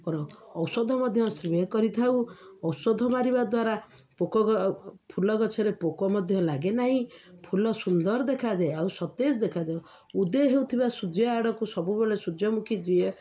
କରୁ ଔଷଧ ମଧ୍ୟ ସ୍ପ୍ରେ କରିଥାଉ ଔଷଧ ମାରିବା ଦ୍ୱାରା ପୋକ ଫୁଲ ଗଛରେ ପୋକ ମଧ୍ୟ ଲାଗେ ନାହିଁ ଫୁଲ ସୁନ୍ଦର ଦେଖାଯାଏ ଆଉ ସତେଜ ଦେଖାଯାଏ ଉଦୟ ହେଉଥିବା ସୂର୍ଯ୍ୟ ଆଡ଼କୁ ସବୁବେଳେ ସୂର୍ଯ୍ୟମୁଖୀ ଯିଏ